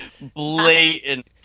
blatant